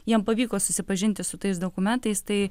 jiem pavyko susipažinti su tais dokumentais tai